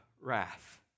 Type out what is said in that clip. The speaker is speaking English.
wrath